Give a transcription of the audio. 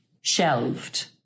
shelved